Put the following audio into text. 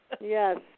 Yes